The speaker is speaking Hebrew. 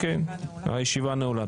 הישיבה נעולה.